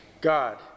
God